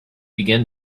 begin